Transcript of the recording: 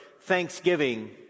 Thanksgiving